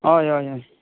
हय हय हय